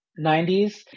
90s